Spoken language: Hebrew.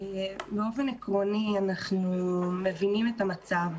אנחנו מבינים את המצב,